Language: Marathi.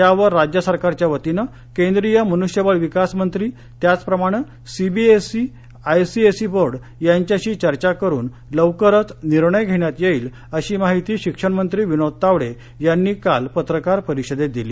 यावर राज्य सरकारच्यावतीने केंद्रीय मनुष्यबळ विकासमंत्री त्याचप्रमाणे सीबीएसईआयसीएसई बोर्ड यांच्याशी चर्चा करुन लवकरच निर्णय घेण्यात येईल अशी माहिती शिक्षणमंत्री विनोद तावडे यांनी काल पत्रकार परिषदेत दिली